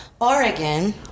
Oregon